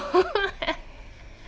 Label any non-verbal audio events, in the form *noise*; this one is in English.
*laughs*